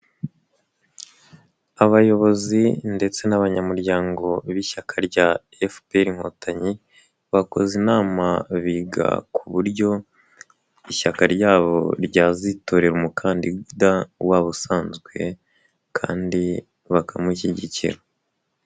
Abayobozi ndetse n'abanyamuryango b'ishyaka rya FPR Inkotanyi, bakoze inama, biga ku buryo ishyaka ryabo ryazitorera umukandida wabo usanzwe kandi bakamushyigikira.